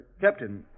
Captain